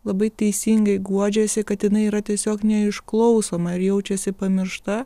labai teisingai guodžiasi kad jinai yra tiesiog neišklausoma ir jaučiasi pamiršta